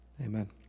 Amen